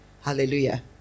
Hallelujah